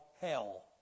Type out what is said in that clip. hell